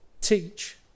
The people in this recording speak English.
teach